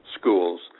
schools